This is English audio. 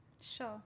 Sure